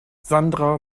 sandra